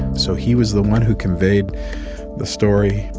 so he was the one who conveyed the story,